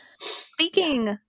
speaking